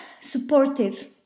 supportive